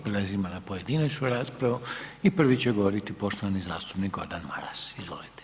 Prelazimo na pojedinačnu raspravu i prvi će govoriti poštovani zastupnik Gordan Maras, izvolite.